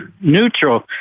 neutral